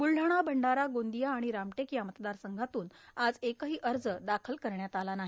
बुलढाणा भंडारा गोंदिया आणि रामटेक या मतदारसंघातून आज एकही अर्ज दाखल करण्यात आलेला नाही